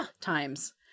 times